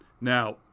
Now